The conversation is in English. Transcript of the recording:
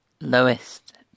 lowest